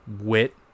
Wit